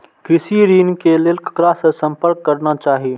कृषि ऋण के लेल ककरा से संपर्क करना चाही?